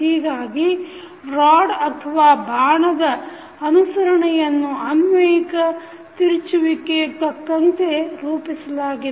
ಹೀಗಾಗಿ ರಾಡ್ ಅಥವಾ ಬಾಣದ ಅನುಸರಣೆಯನ್ನು ಅನ್ವಯಿಕ ತಿರುಚುವಿಕೆಗೆ ತಕ್ಕಂತೆ ರೂಪಿಸಲಾಗಿದೆ